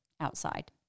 outside